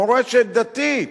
מורשת דתית,